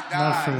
די, די.